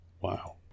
Wow